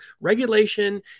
regulation